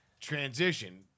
transition